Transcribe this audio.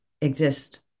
exist